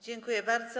Dziękuję bardzo.